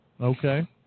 Okay